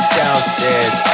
downstairs